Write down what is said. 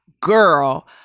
girl